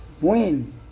win